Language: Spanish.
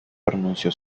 pronunció